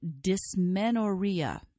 dysmenorrhea